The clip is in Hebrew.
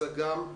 נכון.